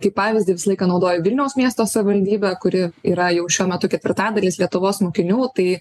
kaip pavyzdį visą laiką naudoju vilniaus miesto savivaldybę kuri yra jau šiuo metu ketvirtadalis lietuvos mokinių tai